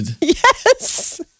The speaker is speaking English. Yes